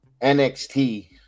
NXT